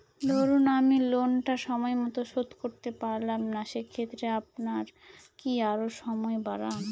ধরুন আমি লোনটা সময় মত শোধ করতে পারলাম না সেক্ষেত্রে আপনার কি আরো সময় বাড়ান?